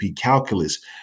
calculus